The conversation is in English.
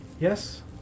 Yes